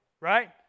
right